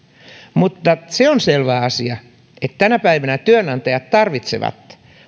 mutta se on selvä asia että tänä päivänä työnantajat tarvitsevat